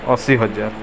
ଅଶୀ ହଜାର